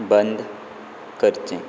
बंद करचें